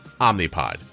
Omnipod